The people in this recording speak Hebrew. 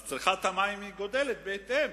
אז צריכת המים גדלה בהתאם.